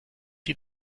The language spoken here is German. die